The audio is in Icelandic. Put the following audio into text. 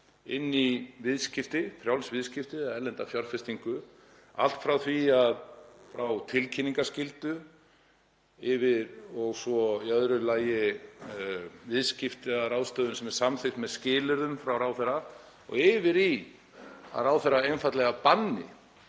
inn í viðskipti, frjáls viðskipti, erlenda fjárfestingu, allt frá tilkynningarskyldu og svo í öðru lagi viðskiptaráðstöfun sem er samþykkt með skilyrðum frá ráðherra og yfir í að ráðherra einfaldlega banni